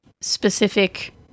specific